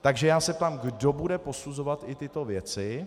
Takže se ptám, kdo bude posuzovat i tyto věci.